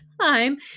time